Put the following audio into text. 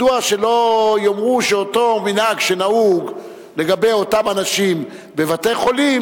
מדוע שלא יאמרו שאותו מנהג שנהוג לגבי אותם אנשים בבתי-חולים,